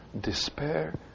Despair